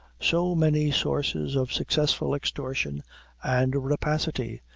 so many sources of successful extortion and rapacity,